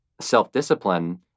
self-discipline